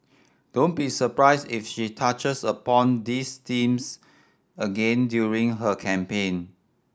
don't be surprised if she touches upon these themes again during her campaign